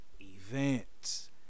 events